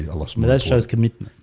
yeah lost me that shows commitment,